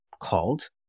called